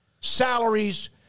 salaries